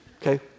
Okay